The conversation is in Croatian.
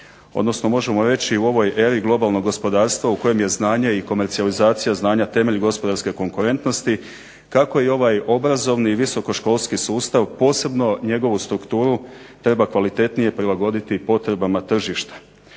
odnosno možemo reći u ovoj eri globalnog gospodarstva u kojem je znanje i komercijalizacija znanja temelj gospodarske konkurentnosti kako i ovaj obrazovni i visoko školski sustav posebno njegovu strukturu treba kvalitetnije prilagoditi potrebama tržišta.